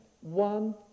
one